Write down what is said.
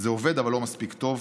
זה עובד, אבל לא מספיק טוב.